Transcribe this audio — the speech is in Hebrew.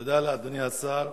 תודה לאדוני השר.